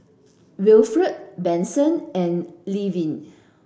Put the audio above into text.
Winfred Benson and Levie